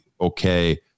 okay